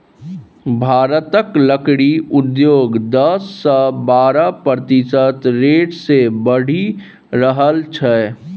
भारतक लकड़ी उद्योग दस सँ बारह प्रतिशत रेट सँ बढ़ि रहल छै